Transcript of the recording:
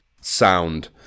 sound